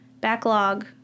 backlog